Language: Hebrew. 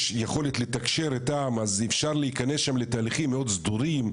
יכולת לתקשר איתם אז אפשר להיכנס שם לתהליכים מאוד סדורים,